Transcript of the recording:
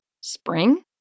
Spring